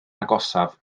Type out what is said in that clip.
agosaf